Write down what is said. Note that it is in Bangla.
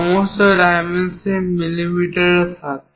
সমস্ত ডাইমেনশন মিমিতে থাকে